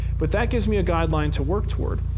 but that gives me a guideline to work toward.